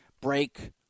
Break